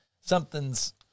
something's